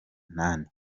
inani